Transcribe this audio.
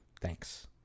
Thanks